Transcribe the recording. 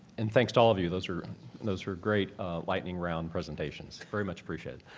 and thanks to all of you. those were and those were great lightning round presentations. very much appreciated.